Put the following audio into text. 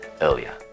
earlier